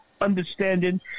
understanding